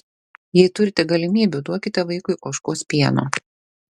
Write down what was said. jei turite galimybių duokite vaikui ožkos pieno